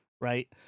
right